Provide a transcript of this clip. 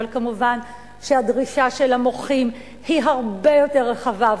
אבל כמובן שהדרישה של המוחים היא הרבה יותר רחבה,